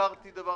הכרתי דבר כזה.